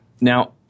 Now